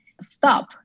stop